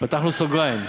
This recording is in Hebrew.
פתחנו סוגריים.